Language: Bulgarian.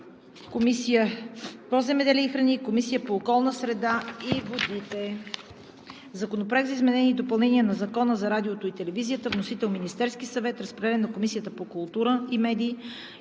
Комисията по земеделието и храните и Комисията по околната среда и водите. Законопроект за изменение и допълнение на Закона за радиото и телевизията. Вносител – Министерският съвет. Разпределен е на Комисията по културата и медиите